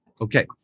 okay